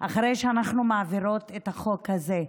אחרי שאנחנו מעבירות את החוק הזה.